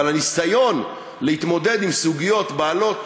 אבל הניסיון להתמודד עם סוגיות בעלות